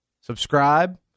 subscribe